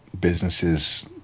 businesses